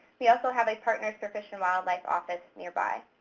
we also have a partners for fish and wildlife office nearby.